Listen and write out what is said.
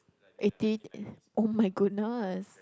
eighteen eh [oh]-my-goodness